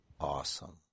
awesome